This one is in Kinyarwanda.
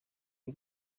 y’u